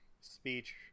speech